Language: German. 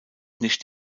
nicht